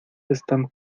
están